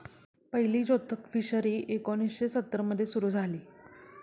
पहिली जोतक फिशरी एकोणीशे सत्तर मध्ये सुरू झाली